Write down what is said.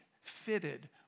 fitted